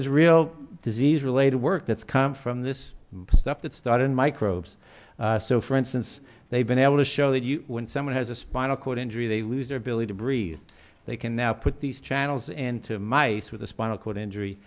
real disease related work that's come from this stuff that started microbes so for instance they've been able to show that you when someone has a spinal cord injury they lose their ability to breathe they can now put these channels and to mice with the spinal cord injury